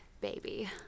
baby